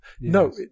No